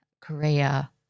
Korea